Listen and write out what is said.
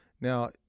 now